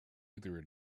either